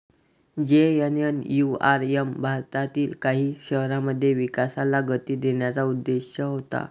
JNNURM भारतातील काही शहरांमध्ये विकासाला गती देण्याचा उद्देश होता